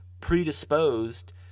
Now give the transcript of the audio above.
predisposed